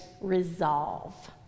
resolve